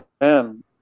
man